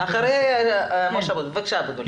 אחרי ח"כ אבוטבול.